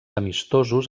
amistosos